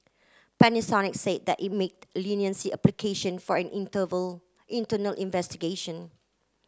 Panasonic said that it made leniency application for an interval internal investigation